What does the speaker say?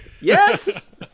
yes